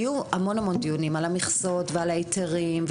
יהיו המון דיונים על המכסות וההיתרים,